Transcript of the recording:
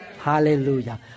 Hallelujah